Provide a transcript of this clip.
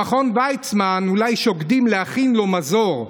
במכון ויצמן אולי שוקדים להכין לו מזור.